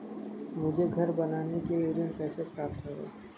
मुझे घर बनवाने के लिए ऋण कैसे प्राप्त होगा?